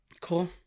cool